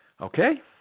okay